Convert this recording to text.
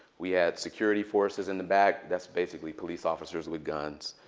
we had security forces in the back. that's basically police officers with guns,